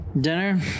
dinner